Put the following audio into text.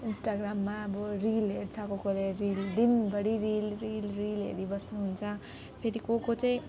इन्स्टाग्राममा अब रिल हेर्छ अब को कोले रिल दिनभरि रिल रिल रिल हेरिबस्नुहुन्छ फेरि को को चैँ